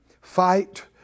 fight